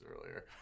earlier